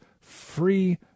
free